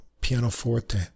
pianoforte